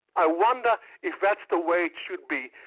i wonder if that's the way it should be,